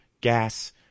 gas